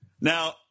Now